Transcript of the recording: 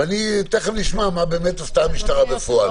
ומיד נשמע מה באמת עשתה המשטרה בפועל.